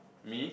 me